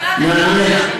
בנתניה.